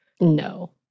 No